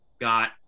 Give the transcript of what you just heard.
got